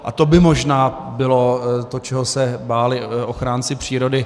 A to by možná bylo to, čeho se báli ochránci přírody.